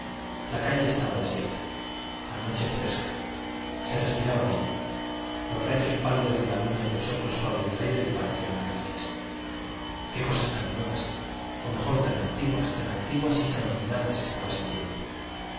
la calle estaba desierta la noche fresca se respiraba bien los rayos pálidos de la luna y los soplos suaves del aire le parecieron caricias qué cosas tan nuevas o mejor tan antiguas tan antiguas y tan olvidadas estaba sintiendo